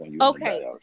Okay